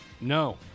No